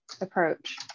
approach